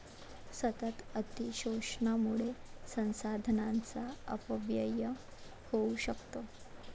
सतत अतिशोषणामुळे संसाधनांचा अपव्यय होऊ शकतो